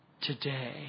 today